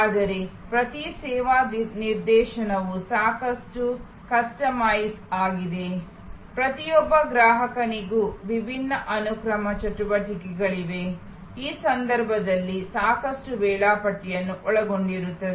ಆದರೆ ಪ್ರತಿ ಸೇವಾ ನಿದರ್ಶನವು ಸಾಕಷ್ಟು ಕಸ್ಟಮೈಸ್ ಆಗಿದೆ ಪ್ರತಿಯೊಬ್ಬ ಗ್ರಾಹಕನಿಗೂ ವಿಭಿನ್ನ ಅನುಕ್ರಮ ಚಟುವಟಿಕೆಗಳಿವೆ ಮತ್ತು ಈ ಸಂದರ್ಭಗಳಲ್ಲಿ ಸಾಕಷ್ಟು ವೇಳಾಪಟ್ಟಿಯನ್ನು ಒಳಗೊಂಡಿರುತ್ತದೆ